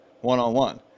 one-on-one